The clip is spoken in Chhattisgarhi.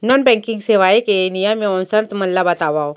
नॉन बैंकिंग सेवाओं के नियम एवं शर्त मन ला बतावव